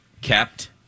Kept